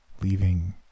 Leaving